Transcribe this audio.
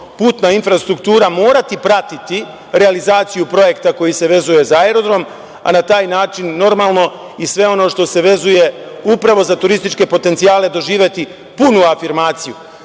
putna infrastruktura morati pratiti realizaciju projekta, koji se vezuje za aerodrom, a na taj način normalno i sve ono što se vezuje upravo za turističke potencijale, doživeti punu afirmaciju. Da